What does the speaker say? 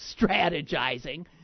strategizing